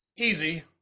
easy